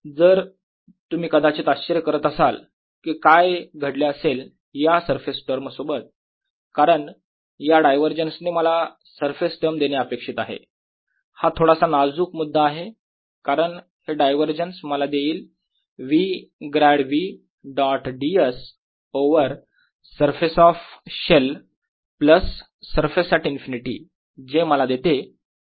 तर तुम्ही कदाचित आश्चर्य करत असाल की काय घडले असेल या सरफेस टर्म सोबत कारण या डायवरजन्स ने मला सरफेस टर्म देणे अपेक्षित आहे हा थोडासा नाजूक मुद्दा आहे कारण हे डायव्हरजन्स मला देईल V grad V dot ds over surface of shell plus surface at infinity जे मला देते 0